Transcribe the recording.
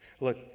Look